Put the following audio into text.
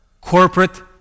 corporate